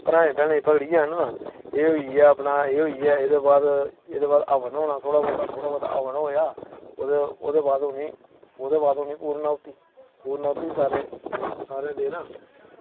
भ्राऐं भैनें पकड़ियै आह्नना एह् होइया अपना एह् होइया एह्दे बाद एह्दे बाद हवन होना थोह्ड़ा बोह्ता थोह्ड़ा बोह्ता हवन होया ओह्दे ओह्दे बाद उनें ओह्दे बाद उनें पुर्ण आहुति पुर्ण आहुति सारे सारें देना